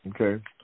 Okay